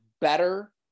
better